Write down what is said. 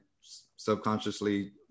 subconsciously